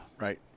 Right